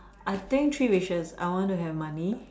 I think three wishes I want to have money